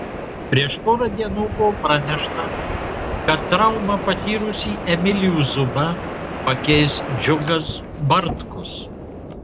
prieš porą dienų buvo pranešta kad traumą patyrusį emilijų zubą pakeis džiugas bartkus